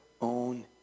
own